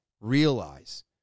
realize